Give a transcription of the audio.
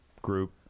Group